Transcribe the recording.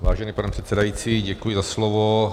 Vážený pane předsedající, děkuji za slovo.